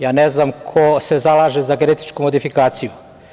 Ja ne znam ko se zalaže za genetičku modifikaciju?